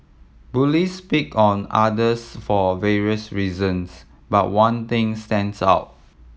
bullies pick on others for various reasons but one thing stands out